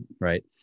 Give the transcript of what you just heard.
Right